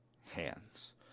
hands